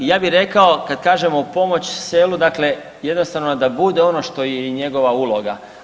Ja bih rekao, kad kažemo pomoć selu, dakle jednostavno da bude ono što je i njegova uloga.